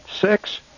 six